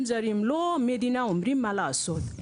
זרים להחליט ולא המדינה אומרת מה לעשות.